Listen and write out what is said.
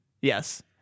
Yes